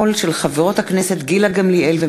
הכנסת קארין אלהרר,